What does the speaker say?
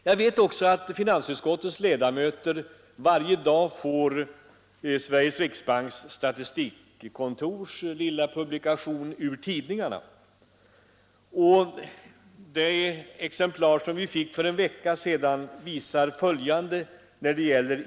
Jag vet också att finansutskottets ledamöter varje dag får Sveriges riksbanks statistikkontors lilla publikation ”Ur Tidningarna”. Det exemplar som vi fick för en vecka sedan visar följande.